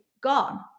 gone